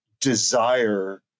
desire